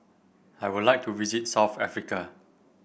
I would like to visit South Africa